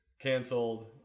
canceled